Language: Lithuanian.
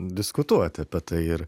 diskutuoti apie tai ir